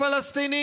התברר?